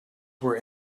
were